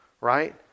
Right